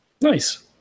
Nice